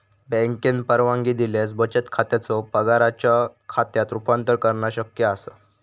बँकेन परवानगी दिल्यास बचत खात्याचो पगाराच्यो खात्यात रूपांतर करणा शक्य असा